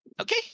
Okay